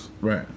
Right